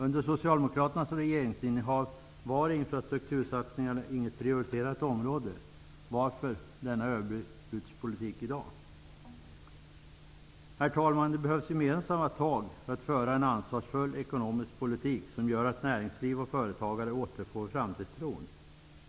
Under socialdemokraternas regeringsinnehav var infrastruktursatsningar inget prioriterat område. Varför då denna överbudspolitik i dag? Herr talman! Gemensamma tag behövs för att vi skall kunna föra en ansvarsfull ekonomisk politik som gör att näringsliv och företagare återfår framtidstron.